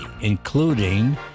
including